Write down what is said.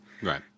Right